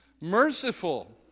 Merciful